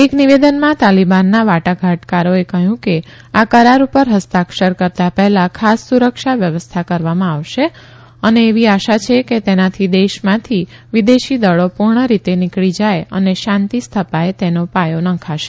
એક નિવેદનમાં તાલીબાનના વાટાઘાટકારોએ કહયું કે આ કરાર પર ફસ્તાક્ષર કરતા પહેલા ખાસ સુરક્ષા વ્યવસ્થા કરવામાં આવશે અને એવી આશા છે કે તેનાથી દેશમાંથી વિદેશી દળો પુર્ણ રીતે નિકળી જાય અને શાંતી સ્થપાય તેનો પાયો નંખાશે